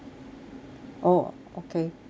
oh okay